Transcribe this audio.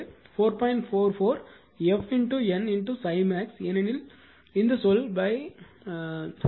44 f N ∅max ஏனெனில் இந்த சொல் √ 2